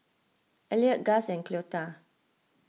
Elliott Guss and Cleola